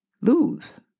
lose